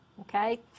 okay